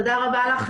תודה רבה לך,